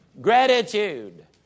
gratitude